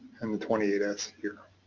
and the twenty eight s here.